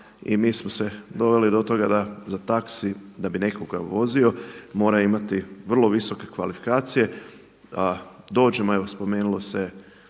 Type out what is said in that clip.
i mi smo se doveli do toga da za taksi, da bi nekoga vozio mora imati vrlo visoke kvalifikacije a dođemo, evo spomenulo se